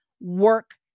work